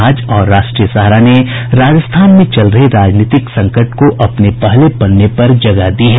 आज और राष्ट्रीय सहारा ने राजस्थान में चल रहे राजनीतिक संकट को अपने पहले पन्ने पर जगह दी है